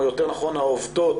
או יותר נכון העובדות,